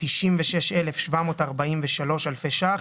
96,743 אלפי שקלים.